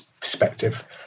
perspective